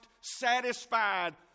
satisfied